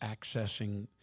accessing